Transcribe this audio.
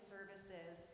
Services